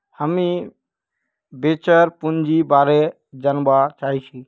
हामीं वेंचर पूंजीर बारे जनवा चाहछी